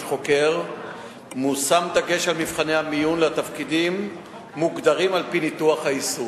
חוקר מושם דגש על מבחני המיון לתפקידים מוגדרים על-פי ניתוח העיסוק.